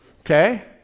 Okay